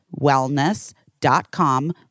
wellness.com